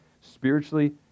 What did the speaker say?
spiritually